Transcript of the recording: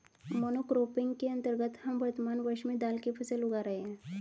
monocropping के अंतर्गत हम वर्तमान वर्ष में दाल की फसल उगा रहे हैं